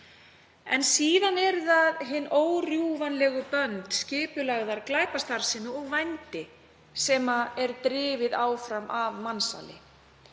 Síðan eru það hin órjúfanlegu bönd skipulagðrar glæpastarfsemi og vændis, sem er drifið áfram af mansali.